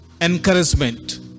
Encouragement